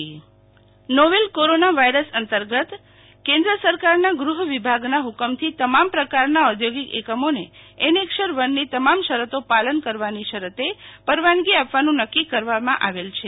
શીતલ વૈશ્નવ ઔધૌગિક એકમો novel corona virus અંતર્ગત કેન્દ્ર સરકારના ગૃ હ વિભાગના હુકમથી તમામ પ્રકારના ઐૌધોગિક એકમોને એનેક્ષર ા ની તમામ શરતો પાલન કરવાની શરતે પરવાનગી આપવાનું નકકી કરવામાં આવેલ છે